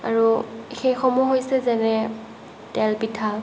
আৰু সেইসমূহ হৈছে যেনে তেল পিঠা